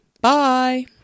Bye